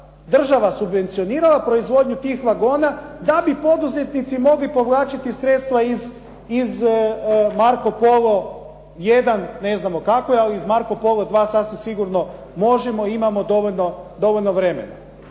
država subvencionirala proizvodnju tih vagona, da bi poduzetnici mogli povlačiti sredstva iz "Marco Polo I", ne znamo kako ali iz "Marco Polo II" sasvim sigurno možemo i imamo dovoljno vremena.